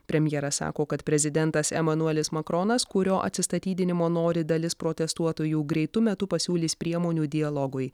premjeras sako kad prezidentas emanuelis makronas kurio atsistatydinimo nori dalis protestuotojų greitu metu pasiūlys priemonių dialogui